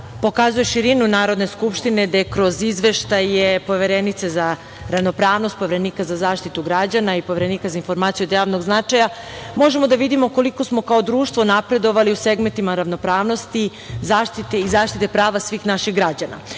pokazuje širinu Narodne skupštine, gde kroz izveštaje Poverenice za ravnopravnost, Poverenika za zaštitu građana i Poverenika za informacije od javnog značaja, možemo da vidimo koliko smo kao društvo napredovali u segmentima ravnopravnosti i zaštite prava svih naših građana. Prvo